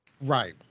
Right